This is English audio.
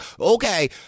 okay